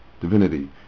divinity